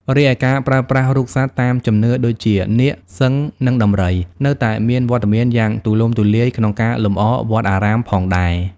រីឯ ការប្រើប្រាស់រូបសត្វតាមជំនឿដូចជា នាគ សិង្ហ និងដំរី នៅតែមានវត្តមានយ៉ាងទូលំទូលាយក្នុងការលម្អវត្តអារាមផងដែរ។